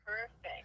Perfect